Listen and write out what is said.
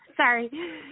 Sorry